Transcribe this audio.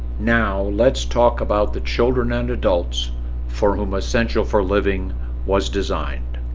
now let's talk about the children and adults for whom essential for living was designed